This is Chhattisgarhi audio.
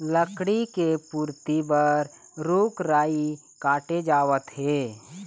लकड़ी के पूरति बर रूख राई काटे जावत हे